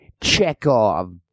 Chekhov